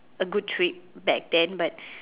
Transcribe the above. a good trip back then but